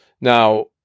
Now